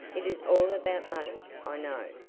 it is all about money, i know.